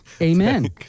Amen